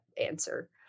answer